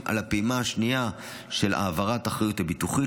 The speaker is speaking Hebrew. על הפעימה השנייה של העברת האחריות הביטוחית,